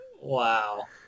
Wow